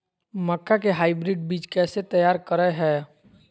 मक्का के हाइब्रिड बीज कैसे तैयार करय हैय?